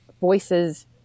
voices